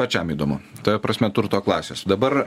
pačiam įdomu ta prasme turto klasės dabar